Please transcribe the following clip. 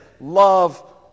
love